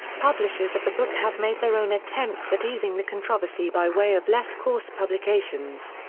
publishers of the book have made their own attempts at easing the controversy by way of less-coarse publications.